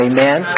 Amen